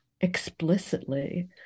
explicitly